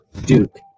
Duke